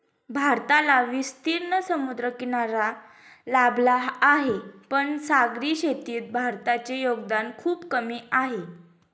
भारताला विस्तीर्ण समुद्रकिनारा लाभला आहे, पण सागरी शेतीत भारताचे योगदान खूप कमी आहे